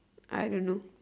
I don't know